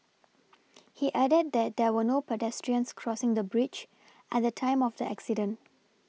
he added that there were no pedestrians crossing the bridge at the time of the accident